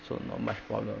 so not much problem